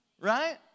Right